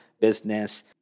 business